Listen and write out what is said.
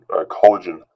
collagen